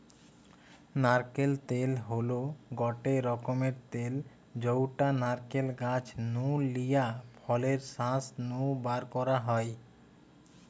নারকেল তেল হল গটে রকমের তেল যউটা নারকেল গাছ নু লিয়া ফলের শাঁস নু বারকরা হয়